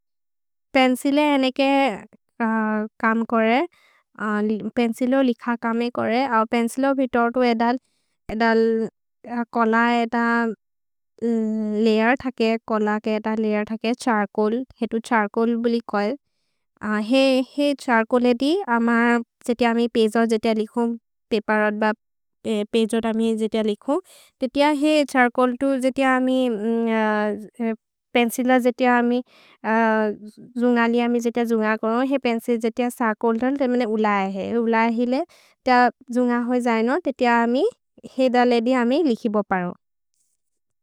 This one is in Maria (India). पेन्चिले अनेके कम् कोरे। पेन्चिलो लिख कमे कोरे। पेन्चिलो बितोतो एधल् कोल्ह एध लयेर् थके। कोल्ह के एध लयेर् थके छर्चोअल्। हेतु छर्चोअल् बोलि कोये। हे छर्चोअल् एदि, अम जेति अमि पगे ओ जेति अ लिखो। पपेर् अद्ब पगे ओ जेति अ लिखो। तेति अ हे छर्चोअल् तु जेति अ अमि पेन्चिल जेति अ अमि जुन्ग लि अमि जेति अ जुन्ग कोरो। हे पेन्चिल् जेति अ छर्चोअल् तले तमेले उल ए हे। उल ए हिले त जुन्ग होइ जय्नो। तेति अ अमि हे द लेदि अमि लिखिबो परो।